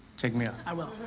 check me out. i will.